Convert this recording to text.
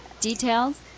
details